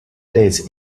dates